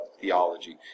theology